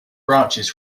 branches